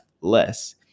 less